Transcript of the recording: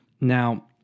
now